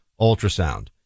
ultrasound